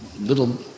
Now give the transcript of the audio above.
little